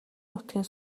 нутгийн